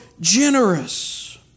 generous